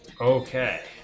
Okay